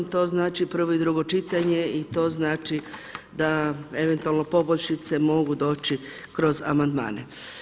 To znači prvo i drugo čitanje i to znači da eventualno poboljšice mogu doći kroz amandmane.